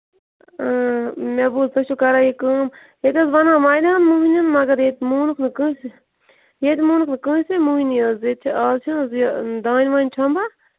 مےٚ بوٗز تُہۍ چھِو کران یہِ کٲم ییٚتہِ حظ بَنو واریاہَن مۅہنِوٮ۪ن مَگر ییٚتہِ مونُکھ نہٕ کٲنٛسہِ ییٚتہِ مونُکھ نہٕ کٲنٛسے مۄہنِوۍ حظ اَز چھِ حظ یہِ دانہِ وانہِ چھۅمبان